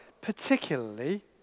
particularly